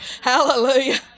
Hallelujah